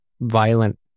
violent